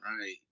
Right